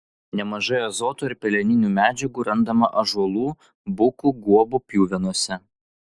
nemažai azoto ir peleninių medžiagų randama ąžuolų bukų guobų pjuvenose